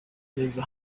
neza